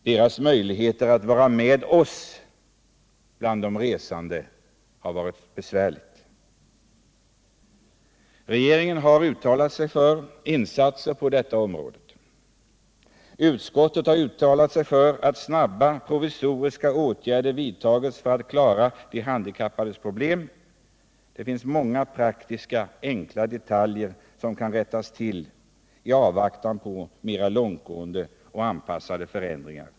Deras möjligheter att vara med oss som resande har varit begränsade. Regeringen har uttalat sig för insatser på detta område. Utskottet har uttalat sig för att snara, provisoriska åtgärder vidtas i syfte att klara de handikappades problem. Det finns många detaljer som praktiskt och enkelt kan rättas till i avvaktan på mer långtgående förändringar.